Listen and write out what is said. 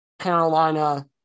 Carolina